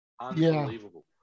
unbelievable